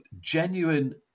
genuine